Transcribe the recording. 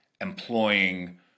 employing